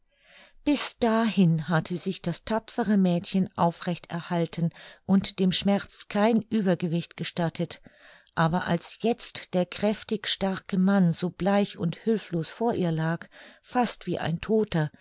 bis dahin hatte sich das tapfere mädchen aufrecht erhalten und dem schmerz kein uebergewicht gestattet aber als jetzt der kräftig starke mann so bleich und hülflos vor ihr lag fast wie ein todter